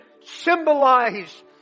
symbolize